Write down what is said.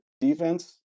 defense